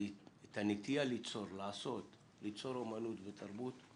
את הנטייה ליצור אומנות ותרבות,